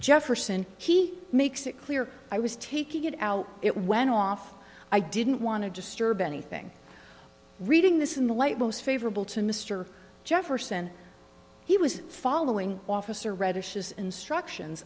jefferson he makes it clear i was taking it out it went off i didn't want to disturb anything reading this in the light most favorable to mr jefferson he was following officer redish his instructions